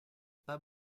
pas